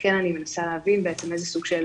כן אני מנסה להבין בעצם איזה סוג של